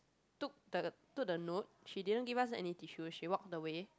took the took the note she didn't give us any tissues she walked away